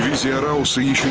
zero so